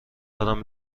دارم